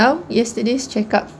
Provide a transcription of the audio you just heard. how yesterday's check up